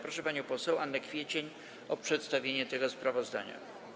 Proszę panią poseł Annę Kwiecień o przedstawienie tego sprawozdania.